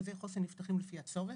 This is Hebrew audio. מרכזי חוסן נפתחים לפי צורך,